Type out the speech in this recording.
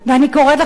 אני קוראת לכם,